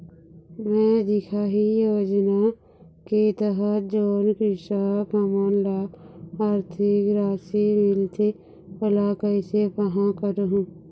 मैं दिखाही योजना के तहत जोन कृषक हमन ला आरथिक राशि मिलथे ओला कैसे पाहां करूं?